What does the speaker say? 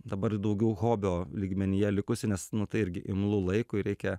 dabar daugiau hobio lygmenyje likusi nes nu tai irgi imlu laikui reikia